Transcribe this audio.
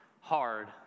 hard